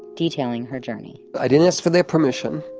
detailing her journey i didn't ask for their permission,